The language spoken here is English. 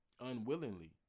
Unwillingly